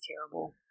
terrible